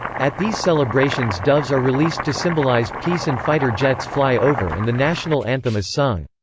at these celebrations doves are released to symbolise peace and fighter jets fly over and the national anthem is sung.